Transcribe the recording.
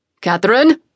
Catherine